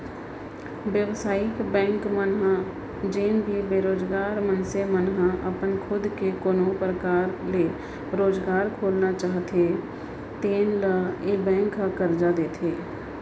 बेवसायिक बेंक मन ह जेन भी बेरोजगार मनसे मन ह अपन खुद के कोनो परकार ले रोजगार खोलना चाहते तेन ल ए बेंक ह करजा देथे